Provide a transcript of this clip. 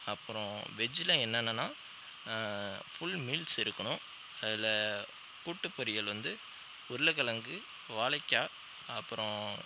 அப்பறம் வெஜ்ஜில் என்னென்னனால் ஃபுல் மீல்ஸ் இருக்கணும் அதில் கூட்டு பொரியல் வந்து உருளைக்கிழங்கு வாழைக்காய் அப்பறம்